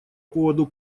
поводу